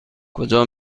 کجا